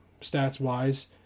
stats-wise